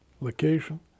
location